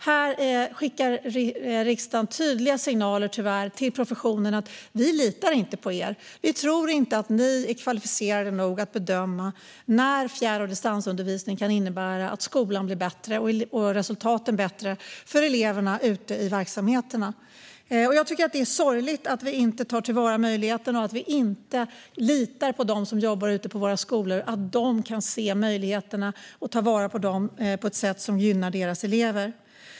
Här skickar riksdagen tyvärr tydliga signaler till professionen om att man inte litar på dem och inte tror att de är kvalificerade nog att bedöma när fjärr och distansundervisning kan innebära att skolan blir bättre och att resultaten blir bättre för eleverna ute i verksamheterna. Jag tycker att det är sorgligt att vi inte tar till vara möjligheterna och att vi inte litar på dem som jobbar ute på våra skolor och på att de kan se möjligheterna och ta vara på dessa på ett sätt som gynnar deras elever.